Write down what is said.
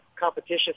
competition